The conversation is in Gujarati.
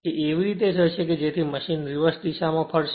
તે એવી રીતે હશે કે જેથી મશીન રીવર્સ દિશામાં ફરશે